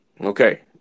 Okay